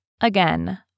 Again